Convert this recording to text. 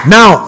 Now